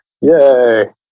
Yay